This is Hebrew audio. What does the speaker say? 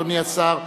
אדוני השר.